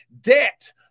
debt